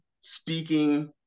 speaking